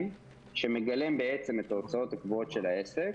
שמגלם את ההוצאות הקבועות של העסק